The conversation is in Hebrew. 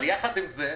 יחד עם זה,